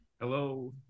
hello